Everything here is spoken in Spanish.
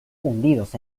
hundidos